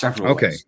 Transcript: Okay